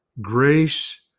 grace